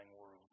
world